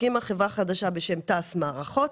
והקימה חברה חדשה בשם תע"ש מערכות